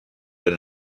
that